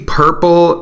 purple